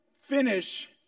Finish